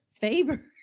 Faber